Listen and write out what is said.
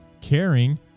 caring